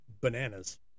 bananas